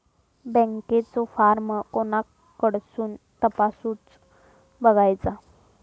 बँकेचो फार्म कोणाकडसून तपासूच बगायचा?